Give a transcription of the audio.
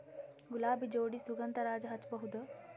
ಗುಲಾಬಿ ಜೋಡಿ ಸುಗಂಧರಾಜ ಹಚ್ಬಬಹುದ?